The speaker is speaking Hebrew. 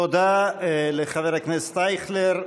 תודה לחבר הכנסת אייכלר.